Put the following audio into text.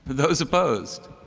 those opposed?